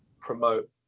promote